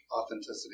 authenticity